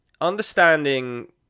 understanding